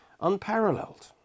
unparalleled